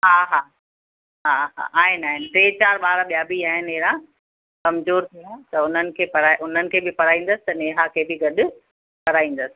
हा हा हा हा आहिनि आहिनि टे चारि ॿार ॿिया बि आहिनि अहिड़ा कमज़ोरु थोरा त उन्हनि खे पढ़ाए उन्हनि खे बि पढ़ाईंदसि त नेहा खे बि गॾु पढ़ाईंदसि